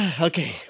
Okay